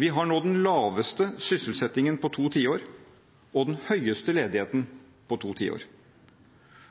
Vi har nå den laveste sysselsettingen på to tiår og den høyeste ledigheten på to tiår.